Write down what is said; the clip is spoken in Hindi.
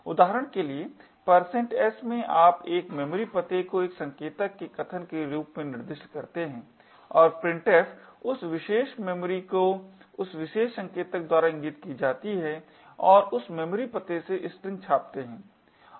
उदाहरण के लिए s में आप एक मेमोरी पते को एक संकेतक के कथन के रूप में निर्दिष्ट करते हैं और printf उस विशेष मैमोरी पते को उस विशेष संकेतक द्वारा इंगित की जाती है और उस मेमोरी पते से स्ट्रिंग छापते हैं